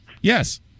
Yes